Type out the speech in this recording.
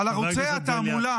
--- חבר הכנסת בליאק.